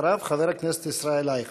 אחריו, חבר הכנסת ישראל אייכלר.